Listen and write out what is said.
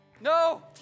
no